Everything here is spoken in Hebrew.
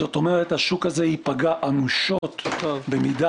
זאת אומרת, השוק הזה ייפגע אנושות במידה